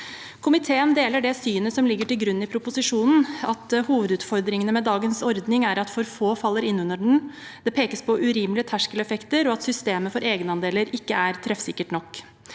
Komiteen deler det synet som ligger til grunn i proposisjonen, at hovedutfordringen med dagens ordning er at for få faller inn under den. Det pekes på urimelige terskeleffekter og at systemet for egenandeler ikke er treffsikkert nok.